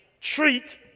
treat